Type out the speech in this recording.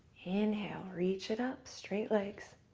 inhale. reach it up. straight legs.